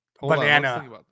Banana